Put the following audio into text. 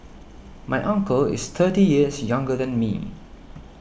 my uncle is thirty years younger than me